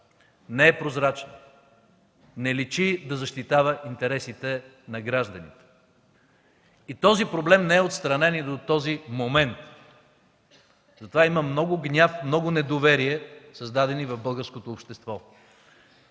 не е прозрачна, не личи да защитава интересите на гражданите. Този проблем не е отстранен и до този момент – затова има много гняв, много недоверие, създадени в българското общество.